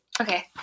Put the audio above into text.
Okay